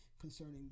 concerning